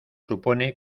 supone